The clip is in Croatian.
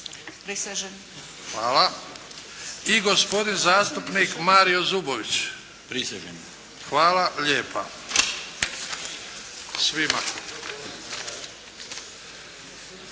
i gospodin zastupnik Mario Zubović. Hvala lijepa svima.